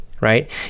Right